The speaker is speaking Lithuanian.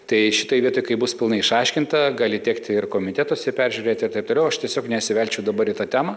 tai šitoj vietoj kai bus pilnai išaiškinta gali tekti ir komitetuose peržiūrėti ir taip toliau aš tiesiog nesivelčiau dabar į tą temą